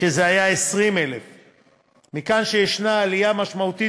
כשזה היה 20,000. מכאן שיש עלייה משמעותית